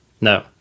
No